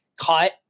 cut